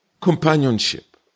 companionship